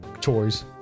toys